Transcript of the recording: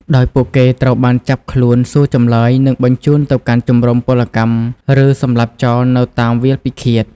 ដោយពួកគេត្រូវបានចាប់ខ្លួន សួរចម្លើយ និងបញ្ជូនទៅកាន់ជំរុំពលកម្ម ឬសម្លាប់ចោលនៅតាមវាលពិឃាត។